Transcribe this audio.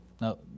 Now